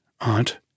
aunt